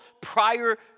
prior